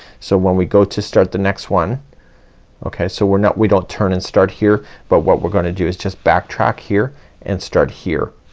so when we go to start the next one okay, so we're not, we don't turn and start here. but what we're gonna do is just backtrack here and start here.